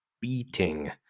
beating